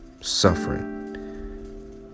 suffering